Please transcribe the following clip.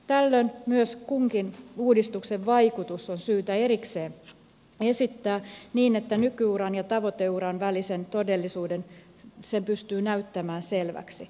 tällöin myös kunkin uudistuksen vaikutus on syytä erikseen esittää niin että nykyuran ja tavoiteuran välisen todellisuuden pystyy näyttämään selväksi